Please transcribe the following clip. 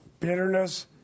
Bitterness